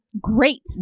great